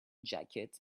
jacket